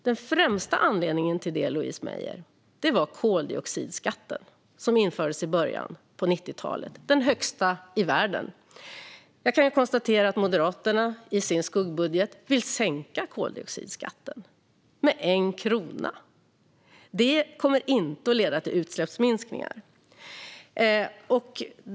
Den främsta anledningen till det, Louise Meijer, var koldioxidskatten som infördes i början av 90-talet - den högsta i världen. Jag kan konstatera att Moderaterna i sin skuggbudget vill sänka koldioxidskatten med 1 krona. Det kommer inte att leda till utsläppsminskningar.